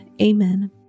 Amen